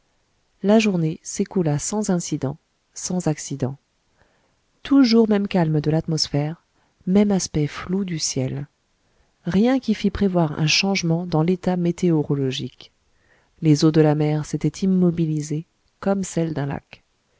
la journée s'écoula sans incidents sans accidents toujours même calme de l'atmosphère même aspect flou du ciel rien qui fit prévoir un changement dans l'état météorologique les eaux de la mer s'étaient immobilisées comme celles d'un lac